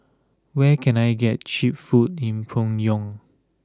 where can I get cheap food in Pyongyang